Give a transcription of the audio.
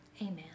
amen